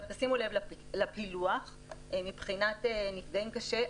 שימו לב לפילוח מבחינת נפגעים קשה.